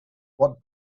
what